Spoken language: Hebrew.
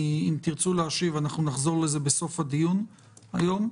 אם תרצו להשיב נחזור לזה בסוף הדיון היום.